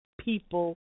people